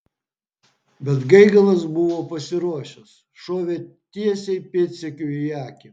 bet gaigalas buvo pasiruošęs šovė tiesiai pėdsekiui į akį